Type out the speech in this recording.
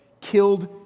killed